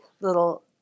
little